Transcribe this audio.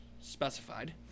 specified